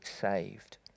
saved